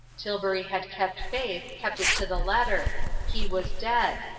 tilbury had kept faith, kept it to the letter he was dead,